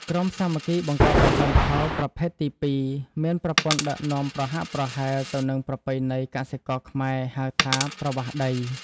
ក្រុមសាមគ្គីបង្កបង្កើនផលប្រភេទទី២ មានប្រព័ន្ធដឹកនាំប្រហាក់ប្រហែលទៅនឹងប្រពៃណីកសិករខ្មែរហៅថា "ប្រវាសដី"។